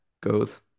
goes